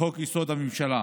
לחוק-יסוד: הממשלה,